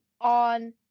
on